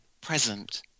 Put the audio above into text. present